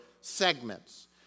segments